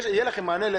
יהיה לכם מענה?